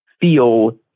feel